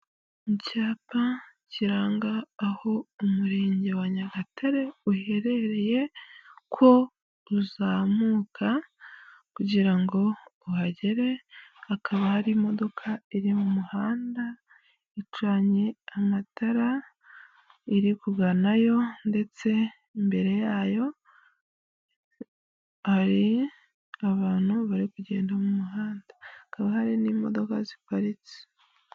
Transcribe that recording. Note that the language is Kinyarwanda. Icyapa kiranga aho Umurenge wa Nyagatare uherereye, ko uzamuka kugira ngo uhagere, hakaba hari imodoka iri mu muhanda, icanye amatara, irikuganayo ndetse imbere yayo hari abantu bari kugenda mu muhanda. Hakaba hari n'imodoka ziparitse.